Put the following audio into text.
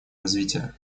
развития